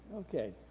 Okay